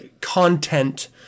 content